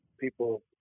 people